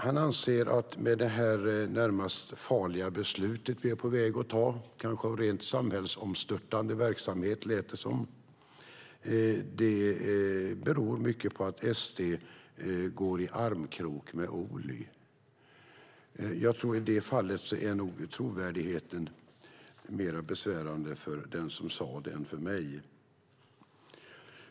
Han anser att det här närmast är ett farligt beslut som vi är på väg att ta. Det är kanske rent av samhällsomstörtande verksamhet, lät det som. Han menar att det beror mycket på att SD går i armkrok med Ohly. I det fallet är nog frågan om trovärdigheten mer besvärande för den som sade det än för mig.